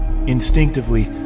Instinctively